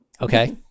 Okay